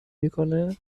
میکنه